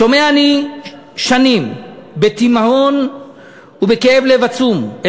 שומע אני שנים בתימהון ובכאב לב עצום את